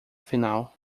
final